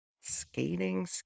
skating